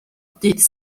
dydd